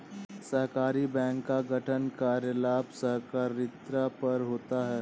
सहकारी बैंक का गठन कार्यकलाप सहकारिता पर होता है